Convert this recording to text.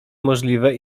możliwe